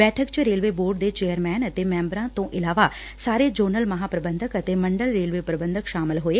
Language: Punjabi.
ਬੈਠਕ ਚ ਰੇਲਵੇ ਬੋਰਡ ਦੇ ਚੇਅਰਮੈਨ ਅਤੇ ਮੈਂਬਰਾਂ ਤੋਂ ਇਲਾਵਾ ਸਾਰੇ ਜੋਨਲ ਮਹਾਂ ਪ੍ਰਬੰਧਕ ਅਤੇ ਮੰਡਲ ਰੇਲਵੇ ਪ੍ਰਬੰਧਕ ਸ਼ਾਮਲ ਹੋਏ